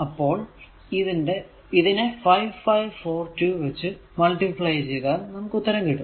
അപ്പോൾ ഇതിനെ 5542 വച്ച് മൾട്ടിപ്ലൈ ചെയ്താൽ നമുക്ക് ഉത്തരം കിട്ടും